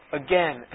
again